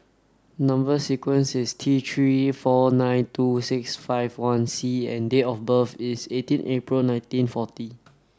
number sequence is T three four nine two six five one C and date of birth is eighteen April nineteen forty